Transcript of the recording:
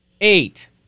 Eight